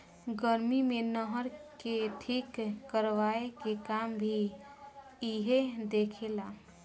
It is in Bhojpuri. गर्मी मे नहर के ठीक करवाए के काम भी इहे देखे ला